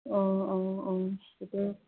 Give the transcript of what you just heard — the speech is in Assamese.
অঁ অঁ অঁ